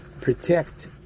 protect